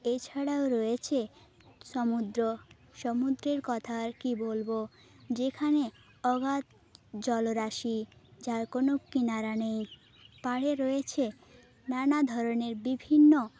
এছাড়াও রয়েছে সমুদ্র সমুদ্রের কথা আর কি বলবো যেখানে অগাধ জলরাশি যার কোনো কিনারা নেই পাড়ে রয়েছে নানা ধরণের বিভিন্ন